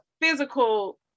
physical